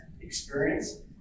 experience